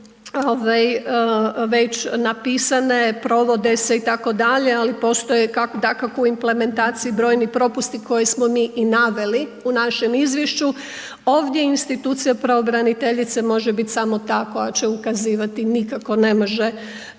već napisane, provode se itd., ali postoje dakako u implementaciji brojni propusti koje smo mi i naveli u našem izvješću, ovdje institucija pravobraniteljice može biti samo ta koja će ukazivati nikako ne može